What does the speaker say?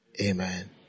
Amen